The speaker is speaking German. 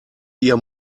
ihr